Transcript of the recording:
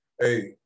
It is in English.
Hey